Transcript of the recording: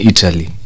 Italy